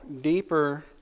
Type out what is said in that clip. deeper